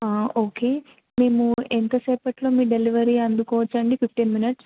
okay మేము ఎంత సేపట్లో మీ డెలివరీస్ అందుకోవచ్చండి ఫిఫ్టీన్ మినిట్స్